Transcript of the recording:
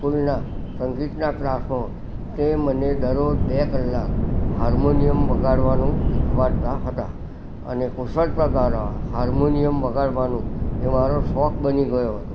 સ્કૂલના સંગીતના ક્લાસમાં તે મને દરરોજ બે કલાક હાર્મોનિયમ વગાડવાનું શિખવાડતા હતા અને કુશળતા દ્વારા હાર્મોનિયમ વગાડવાનું એ મારો શોખ બની ગયો હતો